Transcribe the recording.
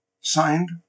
signed